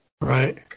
right